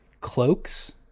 Cloaks